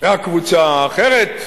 והקבוצה האחרת,